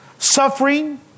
Suffering